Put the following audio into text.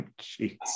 Jeez